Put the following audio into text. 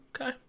Okay